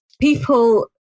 people